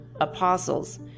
apostles